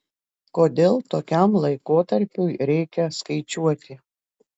kodėl tokiam laikotarpiui reikia skaičiuoti